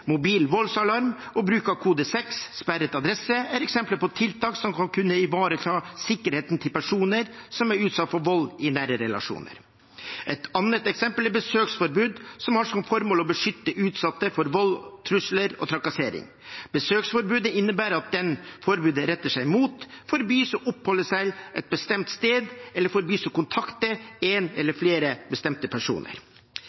Mobil voldsalarm og bruk av kode 6 – sperret adresse – er eksempler på tiltak som skal kunne ivareta sikkerheten til personer som er utsatt for vold i nære relasjoner. Et annet eksempel er besøksforbud, som har som formål å beskytte utsatte for vold, trusler og trakassering. Besøksforbudet innebærer at den forbudet retter seg mot, forbys å oppholde seg et bestemt sted, eller forbys å kontakte en